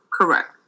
Correct